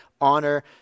honor